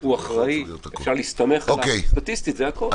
הוא אחראי, אפשר להסתמך עליו סטטיסטית, זה הכול.